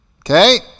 Okay